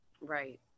right